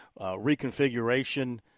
reconfiguration